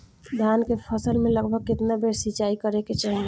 धान के फसल मे लगभग केतना बेर सिचाई करे के चाही?